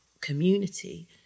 community